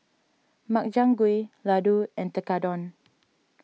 Makchang Gui Ladoo and Tekkadon